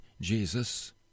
Jesus